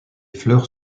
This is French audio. fleurs